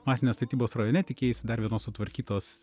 masinės statybos rajone tikėjaisi dar vienos sutvarkytos